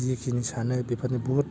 जिखिनि सानो बेफोरनो बहुथ